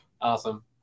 Awesome